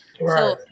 Right